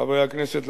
חברי הכנסת,